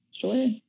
Sure